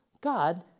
God